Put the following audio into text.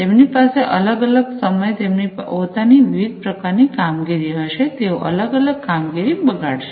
તેમની પાસે અલગ અલગ સમયે તેમની પોતાની વિવિધ પ્રકારની કામગીરી હશે તેઓ અલગ અલગ કામગીરી બગાડશે